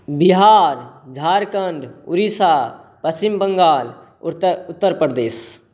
Bihar Jharkhand Odisha Paschim Bangal Uttar Pradesh